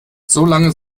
solange